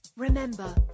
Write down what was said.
Remember